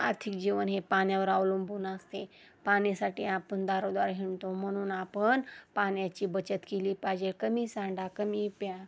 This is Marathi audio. आर्थिक जीवन हे पाण्यावर अवलंबून असते पाणीसाठी आपण दारोदार हिंडतो म्हणून आपण पाण्याची बचत केली पाहिजे कमी सांडा कमी प्या